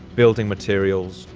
building materials,